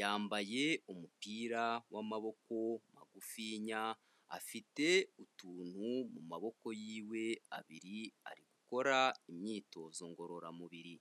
yambaye umupira w'amaboko magufinya afite utuntu mu maboko yiwe abiri ari gukora imyitozo ngororamubiri.